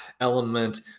element